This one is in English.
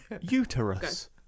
Uterus